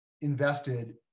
invested